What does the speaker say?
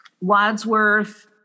Wadsworth